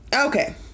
Okay